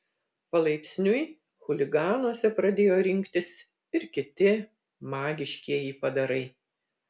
palaipsniui chuliganuose pradėjo rinktis ir kiti magiškieji padarai